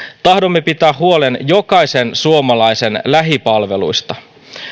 tahdomme pitää huolen jokaisen suomalaisen lähipalveluista